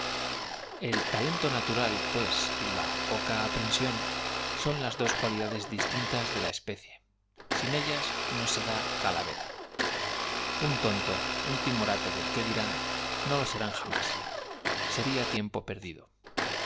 el talento natural pues y la poca aprenno reconociéndolos seguramente el público tam sión son las dos cualidades distintas d e la espoco vendría á ser inútil la descripción que de pecie sin ellas no se da calavera u n tonto ellos voy á hacer un timorato del qué dirán n o lo serán jamás todos tenemos algo de calaveras más ó sería tiempo perdido